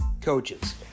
Coaches